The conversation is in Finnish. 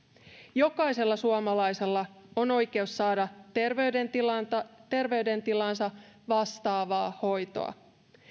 jokaisella suomalaisella on oikeus saada terveydentilaansa terveydentilaansa vastaavaa hoitoa